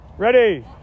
Ready